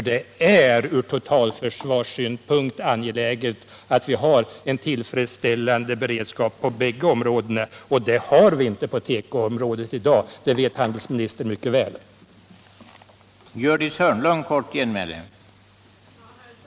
Det är ur totalförsvarssynpunkt angeläget att vi har en tillfredsställande beredskap på bägge områdena, men det har vi inte på tekoområdet i dag, som handelsministern mycket väl vet.